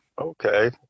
Okay